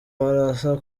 barasa